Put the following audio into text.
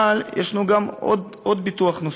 אבל יש גם ביטוח נוסף,